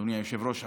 אדוני היושב-ראש,